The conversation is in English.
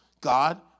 God